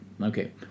Okay